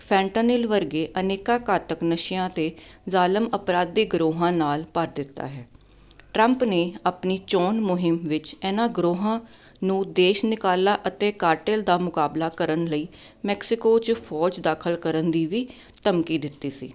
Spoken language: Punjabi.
ਫੈਂਟਨਲ ਵਰਗੇ ਅਨੇਕਾਂ ਘਾਤਕ ਨਸ਼ਿਆਂ ਅਤੇ ਜ਼ਾਲਮ ਅਪਰਾਧੀ ਗਰੋਹਾਂ ਨਾਲ ਭਰ ਦਿੱਤਾ ਹੈ ਟਰੰਪ ਨੇ ਆਪਣੀ ਚੋਣ ਮੁਹਿੰਮ ਵਿੱਚ ਇਹਨਾਂ ਗਰੋਹਾਂ ਨੂੰ ਦੇਸ਼ ਨਿਕਾਲਾ ਅਤੇ ਕਾਟਿਲ ਦਾ ਮੁਕਾਬਲਾ ਕਰਨ ਲਈ ਮੈਕਸੀਕੋ 'ਚ ਫੌਜ ਦਾਖਲ ਕਰਨ ਦੀ ਵੀ ਧਮਕੀ ਦਿੱਤੀ ਸੀ